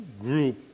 group